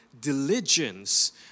diligence